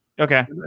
Okay